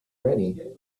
ready